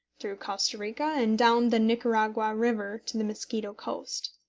through costa rica, and down the nicaragua river to the mosquito coast,